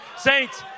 Saints